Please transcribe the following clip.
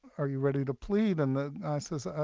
are you ready to plead? and the guy says, ah